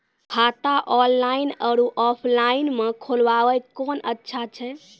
खाता ऑनलाइन और ऑफलाइन म खोलवाय कुन अच्छा छै?